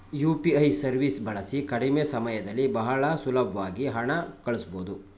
UPI ಸವೀಸ್ ಬಳಸಿ ಕಡಿಮೆ ಸಮಯದಲ್ಲಿ ಬಹಳ ಸುಲಬ್ವಾಗಿ ಹಣ ಕಳಸ್ಬೊದು